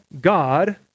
God